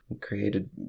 created